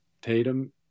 Tatum